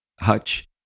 hutch